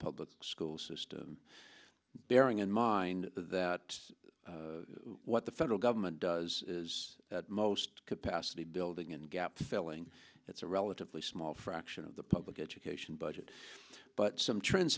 public school system bearing in mind that what the federal government does is most capacity building and gap filling it's a relatively small fraction of the public education budget but some trends